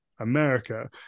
america